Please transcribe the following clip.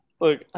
Look